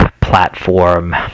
platform